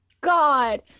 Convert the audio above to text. god